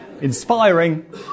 inspiring